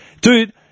Dude